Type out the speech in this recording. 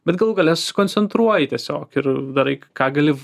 bet galų gale susikoncentruoji tiesiog ir darai ką gali